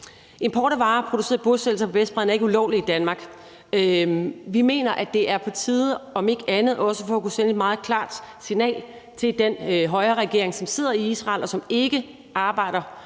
Import af varer produceret i bosættelser på Vestbredden er ikke ulovligt i Danmark. Vi mener, at det er på tide – om ikke andet også for at kunne sende et meget klart signal til den højreregering, som sidder i Israel, og som ikke arbejder